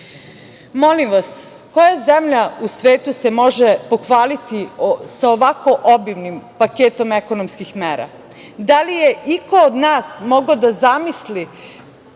duga. Molim vas, koja zemlja u svetu se može pohvaliti sa ovako obimnim paketom ekonomskih mera? Da li je iko od nas mogao da zamisli